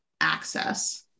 access